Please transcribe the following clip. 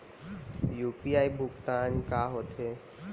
UPI भुगतान का होथे?